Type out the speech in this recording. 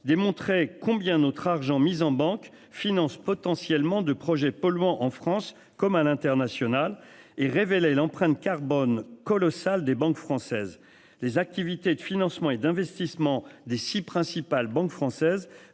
démontrait combien notre argent mis en banque finance potentiellement de projets polluants en France comme à l'international et révélé l'empreinte carbone colossales, des banques françaises. Les activités de financement et d'investissement des 6 principales banques françaises